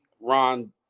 Ron